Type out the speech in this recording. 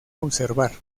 observar